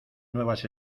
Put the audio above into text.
nuevas